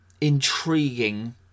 intriguing